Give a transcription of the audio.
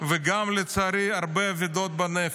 וגם לצערי, הרבה אבדות בנפש.